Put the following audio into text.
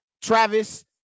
Travis